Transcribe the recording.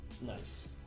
Nice